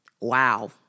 wow